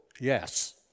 yes